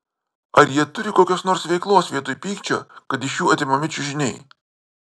ar jie turi kokios nors veiklos vietoj pykčio kad iš jų atimami čiužiniai